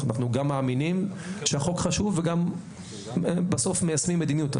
אנחנו גם מאמינים שהחוק חשוב וגם בסוף מיישמים מדיניות.